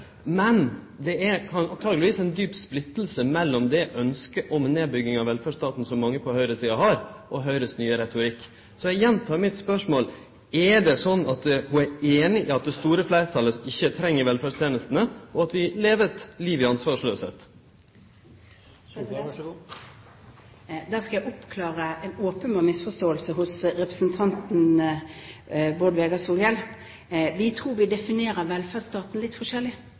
Men det er antakeleg ein djup sprik mellom det ønsket om nedbygging av velferdsstaten som mange på høgresida har, og Høgres nye retorikk. Så eg gjentek spørsmålet mitt: Er det slik at ho er einig i at det store fleirtalet ikkje treng velferdstenestene, og at vi lever eit liv i ansvarsløyse? Da skal jeg oppklare en åpenbar misforståelse hos representanten Bård Vegar Solhjell. Jeg tror vi definerer velferdsstaten litt forskjellig.